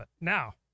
Now